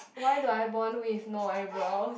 why do I born with no eyebrows